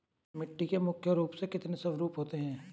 मिट्टी के मुख्य रूप से कितने स्वरूप होते हैं?